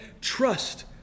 trust